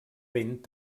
vent